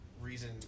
reason